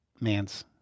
man's